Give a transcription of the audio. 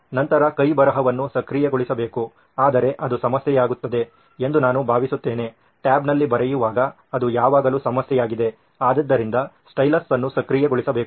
ನಂತರ ಕೈಬರಹವನ್ನು ಸಕ್ರಿಯಗೊಳಿಸಬೇಕು ಆದರೆ ಅದು ಸಮಸ್ಯೆಯಾಗುತ್ತದೆ ಎಂದು ನಾನು ಭಾವಿಸುತ್ತೇನೆ ಟ್ಯಾಬ್ನಲ್ಲಿ ಬರೆಯುವಾಗ ಇದು ಯಾವಾಗಲೂ ಸಮಸ್ಯೆಯಾಗಿದೆ ಆದ್ದರಿಂದ ಸ್ಟೈಲಸ್ ಅನ್ನು ಸಕ್ರಿಯಗೊಳಿಸಬೇಕು